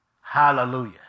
Hallelujah